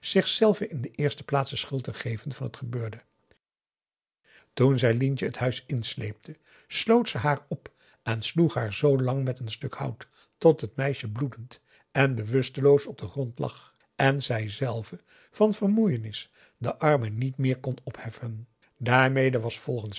in de eerste plaats de schuld te geven van het gebeurde toen zij lientje het huis insleepte sloot ze haar op en sloeg haar zoolang met een stuk hout tot het meisje bloedend en bewusteloos op den grond lag en zijzelve van vermoeienis de armen niet meer kon opheffen daarmede was volgens